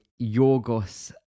Yorgos